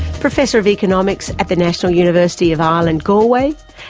professor of economics at the national university of ireland, galway,